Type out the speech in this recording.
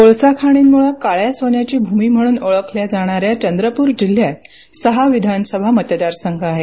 कोळसा खाणींमुळे काळ्या सोन्याची भूमी म्हणून ओळखल्या जाणाऱ्या चंद्रपूर जिल्ह्यात सहा विधानसभा मतदारसंघ आहेत